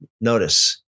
notice